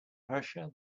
pressure